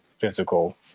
physical